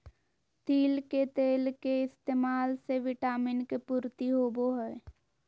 तिल के तेल के इस्तेमाल से विटामिन के पूर्ति होवो हय